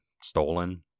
Stolen